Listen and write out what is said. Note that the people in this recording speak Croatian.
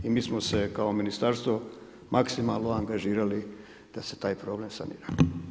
I mi smo se kao ministarstvo maksimalno angažirali da se taj problem sanira.